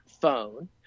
phone